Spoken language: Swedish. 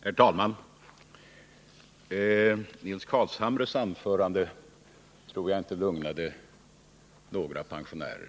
Herr talman! Jag tror inte att Nils Carlshamres anförande lugnade några pensionärer.